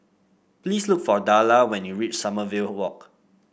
please look for Darla when you reach Sommerville Walk